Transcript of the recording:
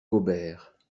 gobert